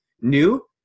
new